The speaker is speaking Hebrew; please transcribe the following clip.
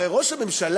הרי ראש הממשלה,